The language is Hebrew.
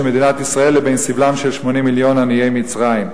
מדינת ישראל לבין סבלם של 80 מיליון עניי מצרים.